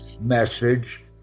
message